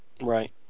Right